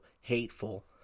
hateful